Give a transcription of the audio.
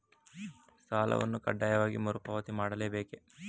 ಸಾಲವನ್ನು ಕಡ್ಡಾಯವಾಗಿ ಮರುಪಾವತಿ ಮಾಡಲೇ ಬೇಕೇ?